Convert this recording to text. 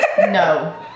no